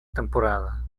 temporada